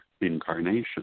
incarnation